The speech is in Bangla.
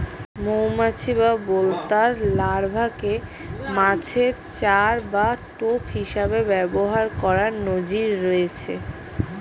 মৌমাছি বা বোলতার লার্ভাকে মাছের চার বা টোপ হিসেবে ব্যবহার করার নজির রয়েছে